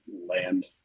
land